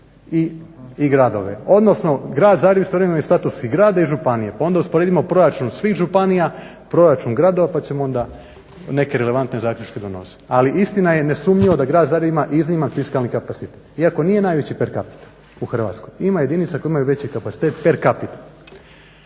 i gradove. Odnosno, Grad Zagreb istovremeno ima status i grada i županije pa onda usporedimo proračun svih županija, proračun gradova pa ćemo onda neke relevantne zaključke donosit, ali istina je nesumnjivo da Grad Zagreb ima izniman fiskalni kapacitet iako nije najveći per capita u Hrvatskoj, ima jedinica koje imaju veći kapacitet per capita.